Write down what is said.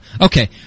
okay